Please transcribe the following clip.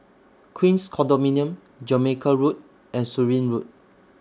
Queens Condominium Jamaica Road and Surin Road